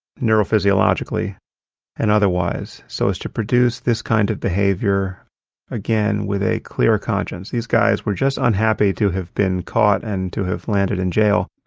neurophysiologically and otherwise so as to produce this kind of behavior again with a clear conscience. these guys were just unhappy to be have been caught and to have landed in jail,